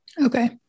Okay